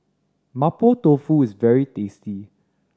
Mapo Tofu is very tasty